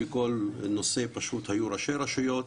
בכל נושא היו ראשי רשויות,